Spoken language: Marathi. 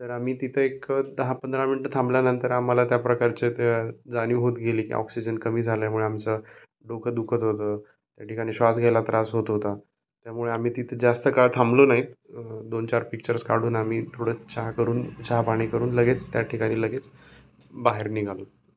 तर आम्ही तिथं एक दहा पंधरा मिनटं थांबल्यानंतर आम्हाला त्या प्रकारचे ते जाणीव होत गेली की ऑक्सिजन कमी झाल्यामुळे आमचं डोकं दुखत होतं त्या ठिकाणी श्वास घ्याला त्रास होत होता त्यामुळे आम्ही तिथे जास्त काळ थांबलो नाहीत दोन चार पिक्चर्स काढून आम्ही थोडं चहा करून चहा पाणी करून लगेच त्या ठिकाणी लगेच बाहेर निघालो